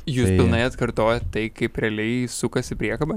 jūs pilnai atkartojat tai kaip realiai sukasi priekaba